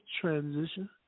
transition